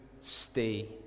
stay